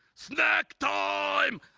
snack time!